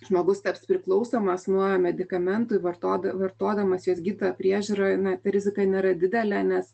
žmogus taps priklausomas nuo medikamentų vartoda vartodamas juos gydytojo priežiūra na ta rizika nėra didelė nes